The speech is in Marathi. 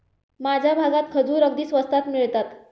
माझ्या भागात खजूर अगदी स्वस्तात मिळतात